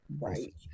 Right